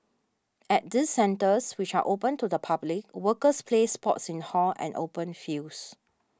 at these centres which are open to the public workers play sports in halls and open fields